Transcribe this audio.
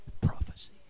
prophecy